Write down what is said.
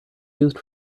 used